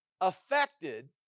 affected